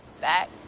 Back